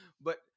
But-